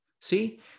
see